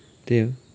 त्यही हो